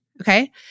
Okay